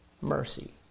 mercy